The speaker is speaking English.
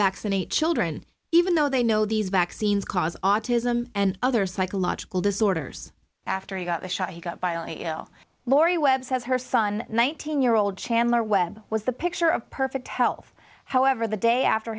vaccinate children even though they know these vaccines cause autism and other psychological disorders after he got the shot he got violently ill laurie webb says her son nineteen year old chandler webb was the picture of perfect health however the day after